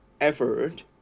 effort